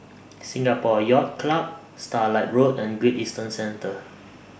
Singapore Yacht Club Starlight Road and Great Eastern Centre